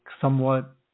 somewhat